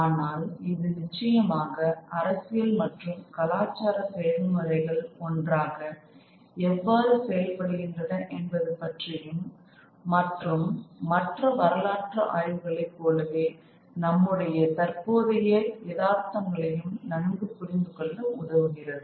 ஆனால் இது நிச்சயமாக அரசியல் மற்றும் கலாச்சார செயல்முறைகள் ஒன்றாக எவ்வாறு செயல்படுகின்றன என்பது பற்றியும் மற்றும் மற்ற வரலாற்று ஆய்வுகளை போலவே நம்முடைய தற்போதைய யதார்த்தங்களையும் நன்கு புரிந்து கொள்ள உதவுகிறது